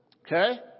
Okay